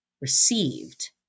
received